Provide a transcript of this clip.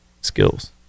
skills